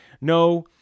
No